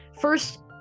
First